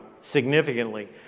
significantly